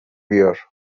بیار